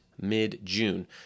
mid-June